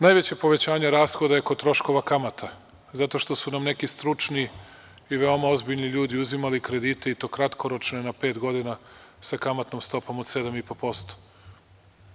Najveće povećanje rashoda je kod troškova kamata, zato što su nam neki stručni i veoma ozbiljni ljudi uzimali kredite i to kratkoročne na pet godina, sa kamatnom stopom od 7,5%